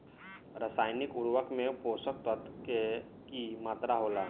रसायनिक उर्वरक में पोषक तत्व के की मात्रा होला?